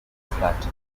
flat